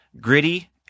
gritty